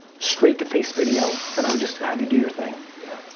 straight to face video and i would just have you do your thing. yeah.